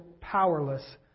powerless